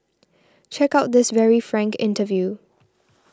check out this very frank interview